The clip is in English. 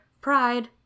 pride